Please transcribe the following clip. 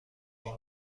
این